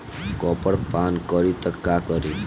Copper पान करी त का करी?